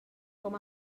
com